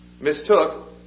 mistook